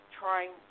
trying